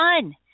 fun